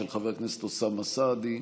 של חבר הכנסת אוסאמה סעדי,